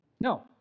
No